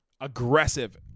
aggressive